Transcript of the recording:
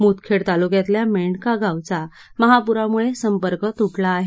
मुदखेड तालुक्यातल्या मेंढका गावचा महापुरामुळे संपर्क तुटला आहे